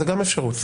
לא, זה לא רלוונטי.